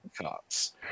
cops